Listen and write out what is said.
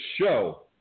Show